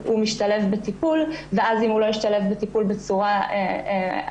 הוא משתלב בטיפול ואז אם הוא לא ישתלב בטיפול בצורה אוטנטית,